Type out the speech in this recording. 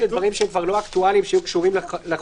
של דברים שהם כבר לא אקטואליים שקשורים לחוגים,